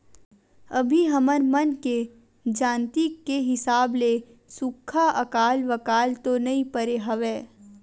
अभी हमर मन के जानती के हिसाब ले सुक्खा अकाल वकाल तो नइ परे हवय